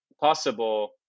possible